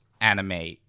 anime